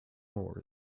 moors